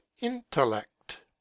intellect